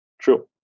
True